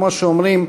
כמו שאומרים,